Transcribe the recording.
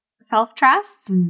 self-trust